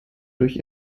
durch